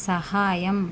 సహాయం